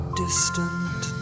distant